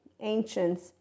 ancients